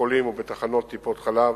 בקופות-חולים ובתחנות טיפת-חלב